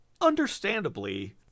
understandably